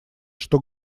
что